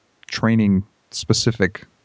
training-specific